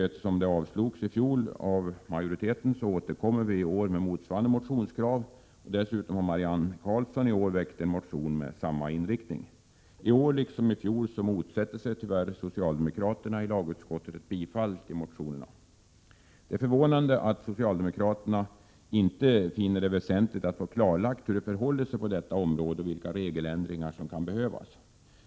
Eftersom motionen avslogs i fjol av riksdagsmajoriteten, återkommer vi i år med motsvarande motionskrav, och dessutom har Marianne Karlsson i år väckt en motion med samma inriktning. I år liksom i fjol motsätter sig tyvärr socialdemokraterna i lagutskottet ett bifall till motionerna. Det är förvånande att socialdemokraterna inte finner det väsentligt att få klarlagt hur det förhåller sig på detta område och vilka regeländringar som kan behövas.